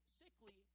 sickly